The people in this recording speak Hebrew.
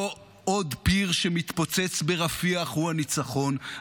לא עוד פיר שמתפוצץ ברפיח הוא הניצחון.